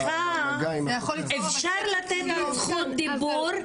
סליחה, אפשר לתת לי זכות דיבור?